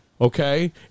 Okay